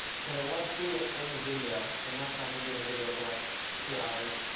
because i love seeing it in the video. and now it's not going to be in the video for like two hours.